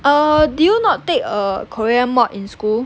err do you not take err korean mod in school